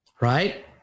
Right